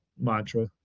mantra